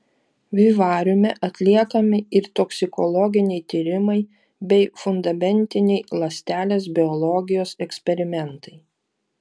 vivariume atliekami ir toksikologiniai tyrimai bei fundamentiniai ląstelės biologijos eksperimentai